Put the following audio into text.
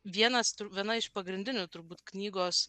vienas viena iš pagrindinių turbūt knygos